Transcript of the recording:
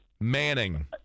Manning